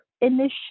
initially